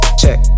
check